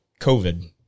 COVID